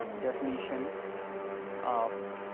definition of